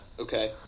Okay